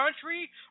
country